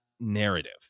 narrative